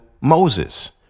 Moses